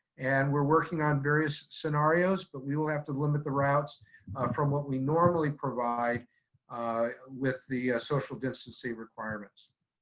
and we're working on various scenarios, but we will have to limit the routes from what we normally provide with the social distancing requirements.